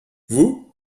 vous